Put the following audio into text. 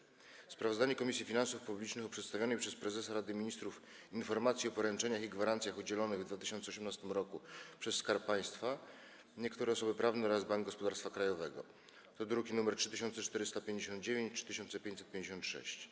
24. Sprawozdanie Komisji Finansów Publicznych o przedstawionej przez prezesa Rady Ministrów „Informacji o poręczeniach i gwarancjach udzielonych w 2018 roku przez Skarb Państwa, niektóre osoby prawne oraz Bank Gospodarstwa Krajowego” (druki nr 3459 i 3556)